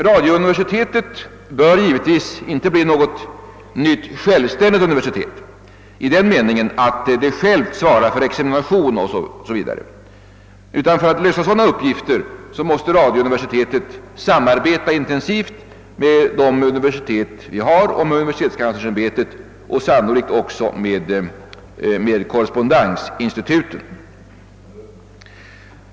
Radiouniversitetet bör givetvis inte bli något nytt självständigt universitet i den meningen att det självt svarar för examination o. d. För att lösa sådana uppgifter måste radiouniversitetet samarbeta intensivt med de universitet vi har och med universitetskanslersämbetet, sannolikt även med korrespondensinstituten.